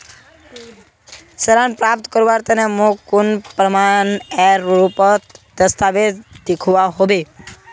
ऋण प्राप्त करवार तने मोक कुन प्रमाणएर रुपोत दस्तावेज दिखवा होबे?